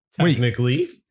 Technically